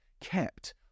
kept